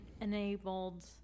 enabled